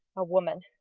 a woman.